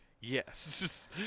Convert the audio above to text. yes